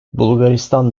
bulgaristan